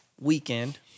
Weekend